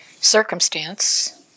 circumstance